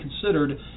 considered